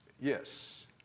Yes